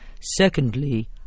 secondly